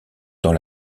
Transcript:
dans